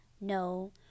No